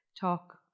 talk